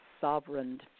sovereign